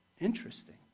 Interesting